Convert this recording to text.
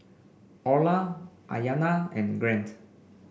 Orla Aiyana and Grant